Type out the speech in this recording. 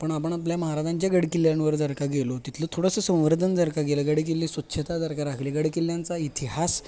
पण आपण आपल्या महाराजांच्या गडकिल्ल्यांवर जर का गेलो तिथलं थोडंसं संवर्धन जर का केलं गडकिल्ले स्वच्छता जर का राखली गडकिल्ल्यांचा इतिहास